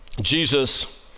Jesus